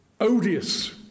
odious